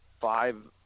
five